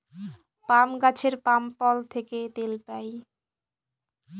পাম গাছের পাম ফল থেকে তেল পাই